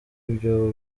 ibyobo